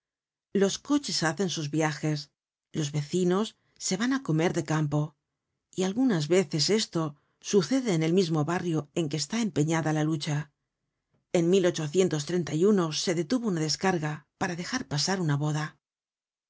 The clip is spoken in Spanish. los coches hacen sus viajes los vecinos se van á comer de campo y algunas veces esto sucede en el mismo barrio en que está empeñada la lucha en se detuvo una descarga para dejar pasar una boda